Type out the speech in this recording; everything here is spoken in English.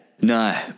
No